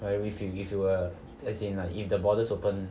very pitiful ah as in like if the borders open